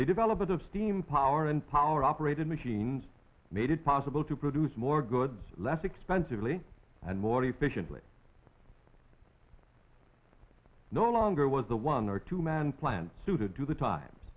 they developed out of steam power and power operated machines made it possible to produce more goods less expensively and more efficiently no longer was the one or two man plants suited to the times